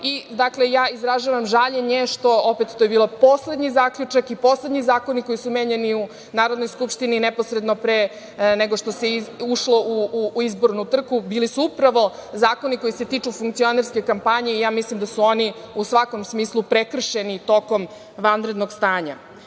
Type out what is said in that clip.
izražavam žaljenje što, opet, to je bio poslednji zaključak i poslednji zakoni koji su menjani u Narodnoj skupštini neposredno pre nego što se ušlo u izbornu trku, bili su upravo zakoni koji se tiču funkcionerske kampanje i ja mislim da su oni u svakom smislu prekršeni tokom vanrednog stanja. Ja